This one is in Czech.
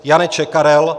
Janeček Karel